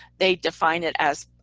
they define it as